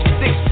six